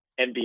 NBA